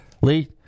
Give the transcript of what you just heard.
Lee